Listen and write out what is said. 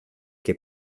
che